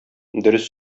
дөрес